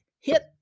hit